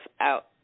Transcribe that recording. out